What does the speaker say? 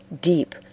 deep